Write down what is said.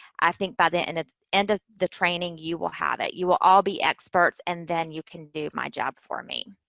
i think by the and end, end of the training, you will have it. you will all be experts, and then you can do my job for me.